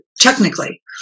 technically